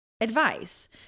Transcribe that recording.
advice